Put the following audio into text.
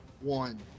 One